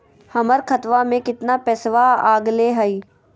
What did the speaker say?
हमर खतवा में कितना पैसवा अगले हई?